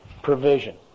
Provision